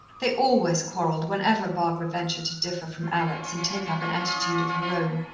they always quarrelled whenever barbara ventured to differ from alex and take up an attitude of her own,